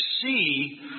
see